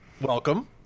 welcome